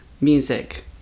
Music